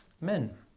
men